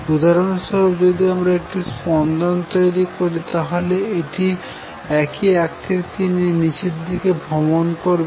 উদাহরন স্বরূপ যদি আমরা একটি স্পন্দন তৈরি করি তাহলে এটি একই আকৃতি নিয়ে নিচের দিকে ভ্রমন করবে